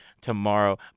tomorrow